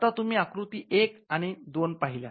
आता तुम्ही आकृती १ आणि २ पाहिल्यात